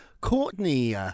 Courtney